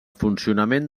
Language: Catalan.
funcionament